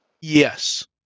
Yes